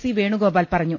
C Venugopal പറഞ്ഞു